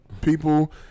people